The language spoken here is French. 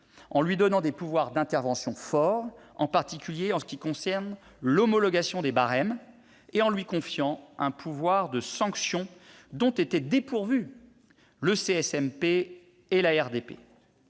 Autorité des pouvoirs d'intervention forts, en particulier en ce qui concerne l'homologation des barèmes, et en lui confiant un pouvoir de sanction dont étaient dépourvus le CSMP et l'ARDP.